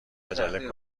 عجله